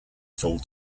full